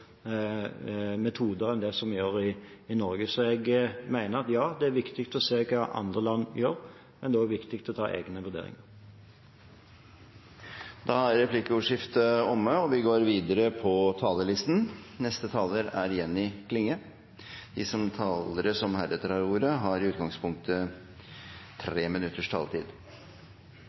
metoder enn vi gjør i Norge. Så jeg mener: Ja, det er viktig å se på hva andre land gjør, men det er også viktig å ta egne vurderinger. Da er replikkordskiftet omme. De talere som heretter får ordet, har en taletid på inntil 3 minutter. Temaet omskjering av små gutar har engasjert meg lenge, og eg har delteke i